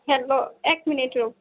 hello এক minute ৰওক